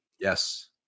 Yes